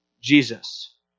Jesus